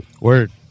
Word